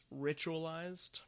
ritualized